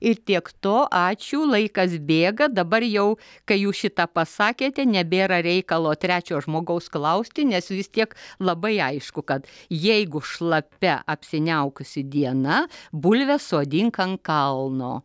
ir tiek to ačiū laikas bėga dabar jau kai jūs šitą pasakėte nebėra reikalo trečio žmogaus klausti nes vis tiek labai aišku kad jeigu šlapia apsiniaukusi diena bulves sodink ant kalno